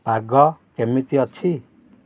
ପାଗ କେମିତି ଅଛି